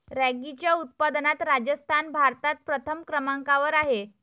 रॅगीच्या उत्पादनात राजस्थान भारतात प्रथम क्रमांकावर आहे